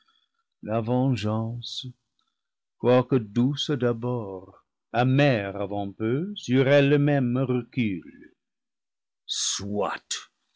vengeance quoique douce d'abord amère avant peu sur elle-même recule soit